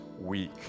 weak